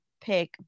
pick